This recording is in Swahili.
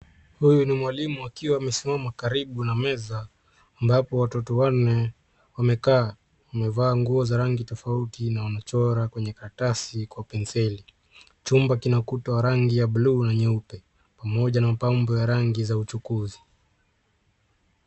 Huyu ni mwalimu akiwa amesimama karibu na meza ambapo watoto wanne wamekaa. Wamevaa nguo za rangi tofauti na wanchora kwenye karatasi kwa penseli. Chumba kina kuta rangi ya bluu na nyeupe pamoja na mapambo ya rangi za uchukuzi.